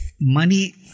money